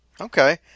Okay